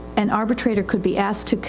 an arbitrator could be asked to,